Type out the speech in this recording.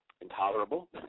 intolerable